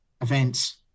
events